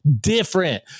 different